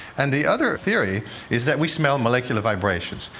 and the other theory is that we smell molecular vibrations.